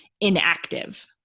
inactive